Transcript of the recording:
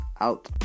Out